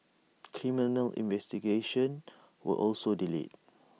criminal investigations were also delayed